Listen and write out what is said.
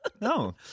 No